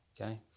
okay